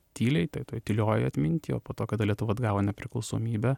tyliai tai toj tyliojoj atminty o po to kada lietuva atgavo nepriklausomybę